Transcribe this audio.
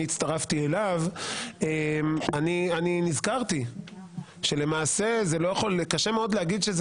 הצטרפתי אליו אני נזכרתי שלמעשה קשה מאוד להגיד שזה